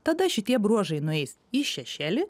tada šitie bruožai nueis į šešėlį